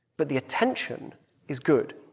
but the attention is good.